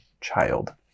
Child